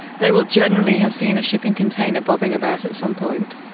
they will generally have seen a shipping container bobbing about at some point.